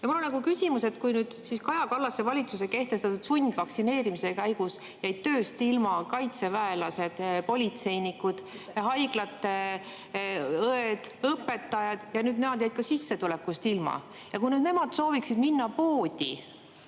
seaduse rikkumine. Mul on küsimus. Kaja Kallase valitsuse kehtestatud sundvaktsineerimise käigus jäid tööst ilma kaitseväelased, politseinikud, haiglate õed ja õpetajad, siis nad jäid ka sissetulekust ilma. Ja kui nüüd nemad sooviksid minna poodi